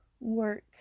work